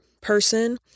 person